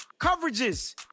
coverages